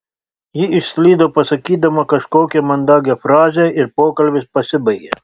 ji išslydo pasakydama kažkokią mandagią frazę ir pokalbis pasibaigė